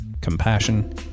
compassion